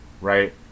right